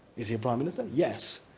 is he a prime minister? yes.